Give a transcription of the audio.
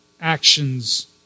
actions